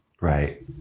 Right